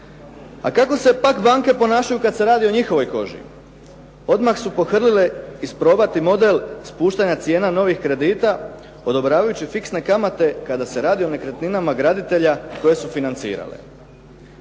A kako se pak banke ponašaju kad se radi o njihovoj koži? Odmah su pohrlile isprobati model spuštanja cijena novih kredita odobravajući fiksne kamate kada se radi o nekretninama graditelja koje su financirale.